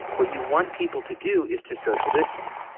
what you want people to do is to social distance,